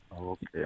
Okay